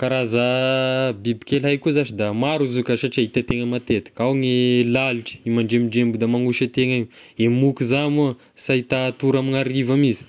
Karaza bibikely aiko koa zashy da maro izy io ka satria hitan-tegna matetika ao gne lalitry e mandrembindremby da magnosy a tegna io, e moka zagny moa sy ahita tory ame hariva mihisy,